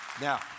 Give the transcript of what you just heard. Now